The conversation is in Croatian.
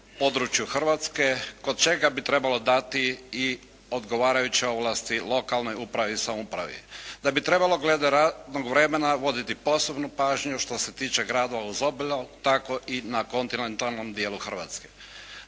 području Hrvatske kod čega bi trebalo dati i odgovarajuće ovlasti lokalnoj upravi i samoupravi, da bi trebalo glede radnog vremena voditi posebnu pažnju što se tiče gradova uz obalu tako i na kontinentalnom dijelu Hrvatske.